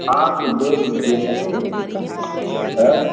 हाँ तो देख लीजिए आ के आ